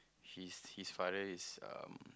his his father is um